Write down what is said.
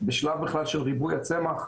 בשלב בכלל של ריבוי הצמח,